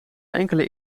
enkele